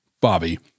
Bobby